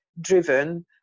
driven